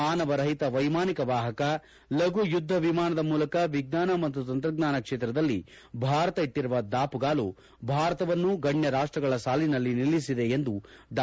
ಮಾನವ ರಹಿತ ವೈಮಾನಿಕ ವಾಹಕ ಲಘು ಯುದ್ದ ವಿಮಾನದ ಮೂಲಕ ವಿಜ್ಞಾನ ಮತ್ತು ತಂತ್ರಜ್ಞಾನ ಕ್ಷೇತ್ರದಲ್ಲಿ ಭಾರತ ಇಟ್ಟಿರುವ ದಾಪುಗಾಲು ಭಾರತವನ್ನು ಗಣ್ಯ ರಾಷ್ಟಗಳ ಸಾಲಿನಲ್ಲಿ ನಿಲ್ಲಿಸಿದೆ ಎಂದು ಡಾ